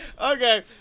Okay